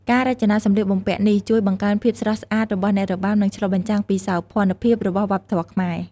ការរចនាសម្លៀកបំពាក់នេះ ជួយបង្កើនភាពស្រស់ស្អាតរបស់អ្នករបាំ និងឆ្លុះបញ្ចាំងពីសោភ័ណភាពរបស់វប្បធម៌ខ្មែរ។